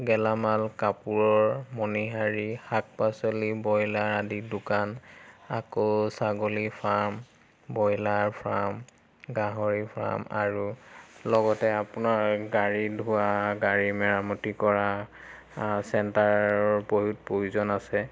গেলামাল কাপোৰৰ মণিহাৰী শাক পাচলি ব্ৰয়লাৰ আদিৰ দোকান আকৌ ছাগলীৰ ফাৰ্ম ব্ৰয়লাৰ ফ্ৰাম গাহৰিৰ ফ্ৰাম আৰু লগতে আপোনাৰ গাড়ী ধোৱা গাড়ী মেৰামতি কৰা চেণ্টাৰৰ বহুত প্ৰয়োজন আছে